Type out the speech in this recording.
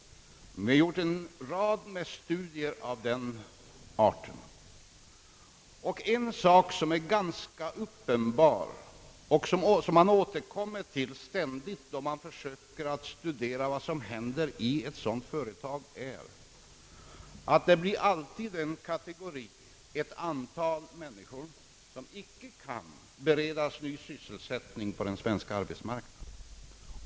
Vi har gjort en rad studier av detta slag. En sak som är ganska uppenbar och som man ständigt möter då man försöker studera vad som händer i ett sådant företag är att det alltid blir en kategori, ett visst antal människor, som icke kan beredas ny sysselsättning på den svenska arbetsmarknaden.